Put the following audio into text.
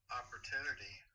opportunity